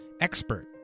expert